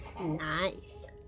nice